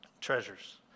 treasures